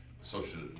social